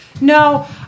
No